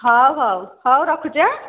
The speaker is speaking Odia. ହଉ ହଉ ହଉ ରଖୁଛି ଆଁ